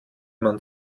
man